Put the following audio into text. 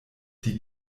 die